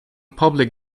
public